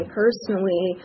personally